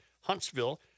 Huntsville